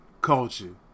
culture